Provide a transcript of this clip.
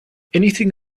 anything